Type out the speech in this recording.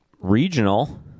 regional